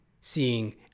seeing